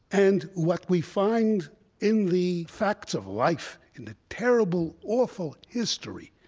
and what we find in the facts of life, in a terrible, awful, history,